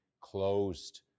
closed